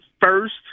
first